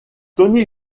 tony